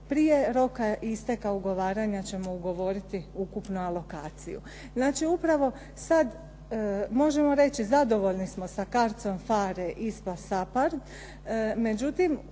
prije roka isteka roka ugovaranja ćemo ugovoriti ukupnu alokaciju. Znači, upravo sad možemo reći zadovoljni smo sa CARDS-om, PHARE, ISPA, SAPARD. Međutim,